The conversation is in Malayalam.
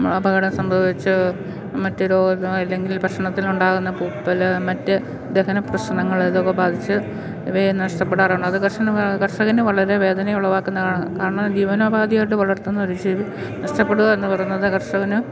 അപകടം സംഭവിച്ച് മറ്റു രോഗമോ അല്ലെങ്കിൽ ഭക്ഷണത്തിലുണ്ടാകുന്ന പൂപ്പല് മറ്റു ദഹന പ്രശ്നങ്ങള് അതൊക്കെ ബാധിച്ച് ഇവയെ നഷ്ടപ്പെടാറുണ്ട് അത് കർഷന കർഷകന് വളരെ വേദന ഉളവാക്കുന്നാണ് കാരണം ജീവനോപാധിയായിട്ട് വളർത്തുന്ന ഒരു ജീവി നഷ്ടപ്പെടുക എന്ന് പറയുന്നത് കർഷകന്